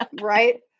Right